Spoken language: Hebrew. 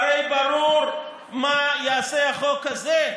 הרי ברור מה יעשה החוק הזה,